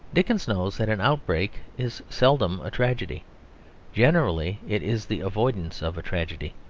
dickens knows that an outbreak is seldom a tragedy generally it is the avoidance of a tragedy.